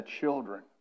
children